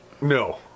No